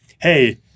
Hey